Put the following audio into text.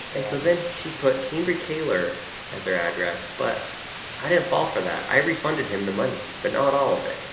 and so then, she put cambrie kaler as their address. but i didn't fall for that, i refunded him the money, but not all of it.